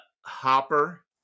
Hopper